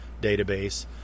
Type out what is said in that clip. database